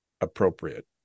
appropriate